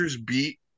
beat